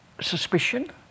suspicion